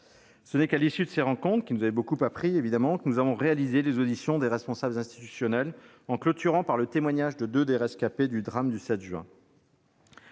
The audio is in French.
Ce n'est qu'à l'issue de ces rencontres, qui nous ont beaucoup appris, que nous avons réalisé les auditions des responsables institutionnels en clôturant par le témoignage de deux des rescapés du drame du 7 juin